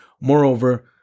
Moreover